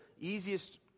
easiest